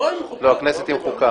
לא, כנסת עם חוקה.